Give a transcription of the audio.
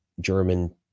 German